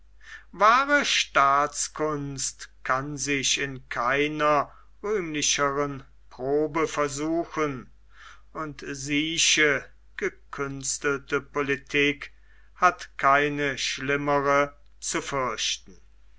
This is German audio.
wahre staatskunst kann sich in keiner rühmlichern probe versuchen und sieche gekünstelte politik hat keine schlimmere zu fürchten